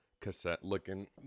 cassette-looking